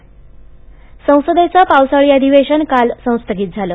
संसदः संसदेचं पावसाळी अधिवेशन काल संस्थगित झालं